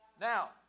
Now